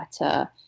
better